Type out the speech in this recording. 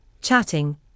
chatting